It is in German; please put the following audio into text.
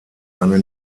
eine